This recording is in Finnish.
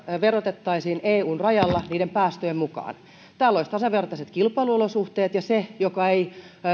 verotettaisiin eun rajalla niiden päästöjen mukaan täällä olisi tasavertaiset kilpailuolosuhteet ja se joka ei